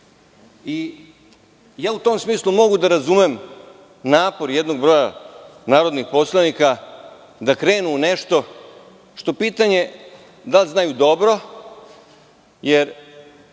došao. U tom smislu mogu da razumem napor jednog broja narodnih poslanika da krenu u nešto što je pitanje da li znaju dobro, jer